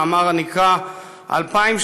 מאמר הנקרא "2017,